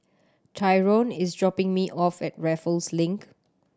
tyron is dropping me off at Raffles Link